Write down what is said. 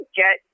get